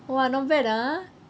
!wah! not bad ah